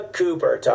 Cooper